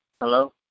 Hello